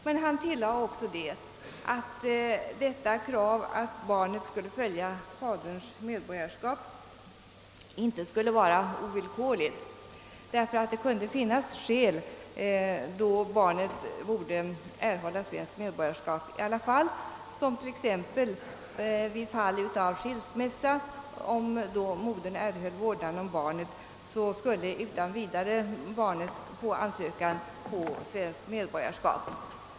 Men han tillade att kravet att barnet skulle få faderns medborgarskap inte skulle vara ovillkorligt; det kunde finnas fall då barnet borde erhålla svenskt medborgarskap i alla fall. Så skulle t.ex. barnet, om modern vid skilsmässa erhöll vårdnaden om barnet, på ansökan utan vidare få svenskt medborgarskap.